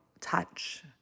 touch